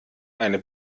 eine